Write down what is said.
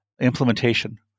implementation